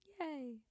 Yay